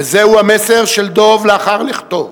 וזהו המסר של דב לאחר לכתו.